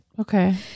Okay